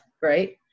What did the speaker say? Right